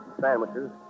sandwiches